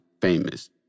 famous